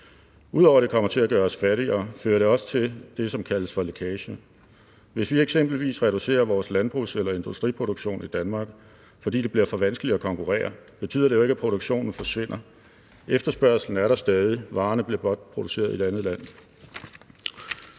Udover at det kommer til at gøre os fattigere, fører det også til det, som kaldes for lækage. Hvis vi eksempelvis reducerer vores landbrugs- eller industriproduktion i Danmark, fordi det bliver for vanskeligt at konkurrere, betyder det jo ikke, at produktionen forsvinder. Efterspørgslen er der stadig, varerne bliver blot produceret i et andet land.